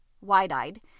wide-eyed